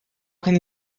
can